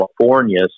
California